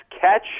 catch